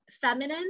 feminine